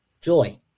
Joy